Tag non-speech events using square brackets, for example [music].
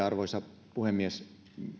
[unintelligible] arvoisa puhemies